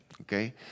Okay